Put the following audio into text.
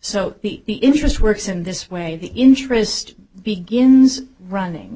so the interest works in this way the interest begins running